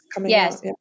Yes